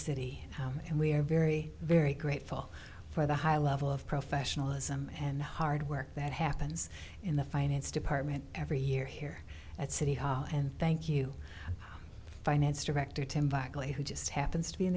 city and we are very very grateful for the high level of professionalism and hard work that happens in the finance department every year here at city hall and thank you finance director tim buckley who just happens to be in